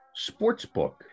sportsbook